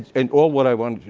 and all what i want,